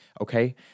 okay